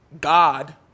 God